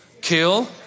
kill